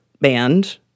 band